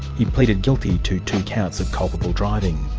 he pleaded guilty to two counts of culpable driving.